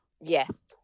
Yes